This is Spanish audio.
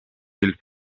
del